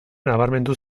nabarmendu